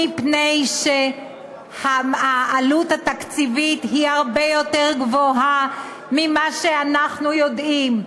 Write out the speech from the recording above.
מפני שהעלות התקציבית היא הרבה יותר גבוהה ממה שאנחנו יודעים.